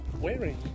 wearing